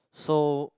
so